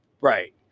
Right